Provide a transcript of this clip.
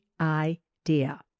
idea